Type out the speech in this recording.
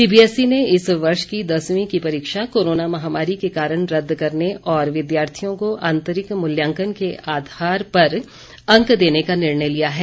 CBSE ने इस वर्ष की दसवीं की परीक्षा कोरोना महामारी के कारण रद्द करने और विद्यार्थियों को आंतरिक मुल्यांकन के आधार पर अंक देने का निर्णय लिया है